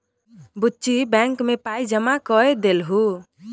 बुच्ची बैंक मे पाय जमा कए देलहुँ